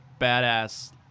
badass